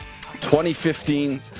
2015